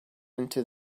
into